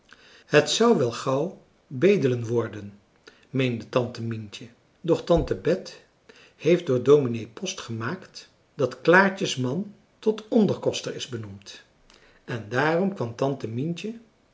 het zou wel gauw bedelen worden meende tante mientje doch tante bet heeft door dominee post gemaakt dat klaartje's man tot onderkoster is benoemd en daarom kwam tante mientje